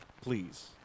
please